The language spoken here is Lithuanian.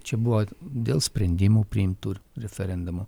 čia buvo dėl sprendimų priimtų referendumo